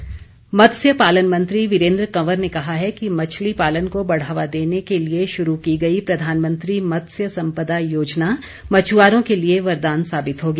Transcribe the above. वीरेन्द्र कंवर मत्स्य पालन मंत्री वीरेन्द्र कंवर ने कहा है कि मछली पालन को बढ़ावा देने के लिए शुरू की गई प्रधानमंत्री मत्स्य संपदा योजना मछुआरों के लिए वरदान साबित होगी